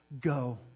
go